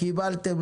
קיבלתם,